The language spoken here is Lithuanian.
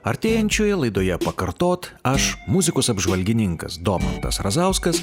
artėjančioje laidoje pakartot aš muzikos apžvalgininkas domantas razauskas